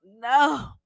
no